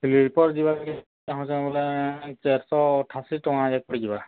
sleeper ଯିବାକୁ ଚାରି ଶହ ଅଠାଅଶାୀ ଟଙ୍କା ଆଜ୍ଞା ପଡ଼ିଯିବ